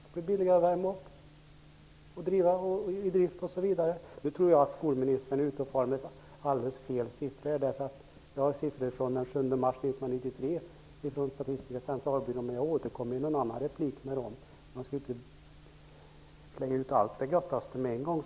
Det blir billigare med uppvärmning och övrig drift. jag tror dock att skolministern far med alldeles felaktiga siffror. Jag har siffror från den 7 mars 1993 framtagna av Statistiska centralbyrån, men jag skall återkomma till dem i en annan replik. Man skall inte komma med allt det ''göttaste'' på en gång.